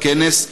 בכנס,